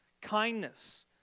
kindness